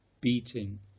beating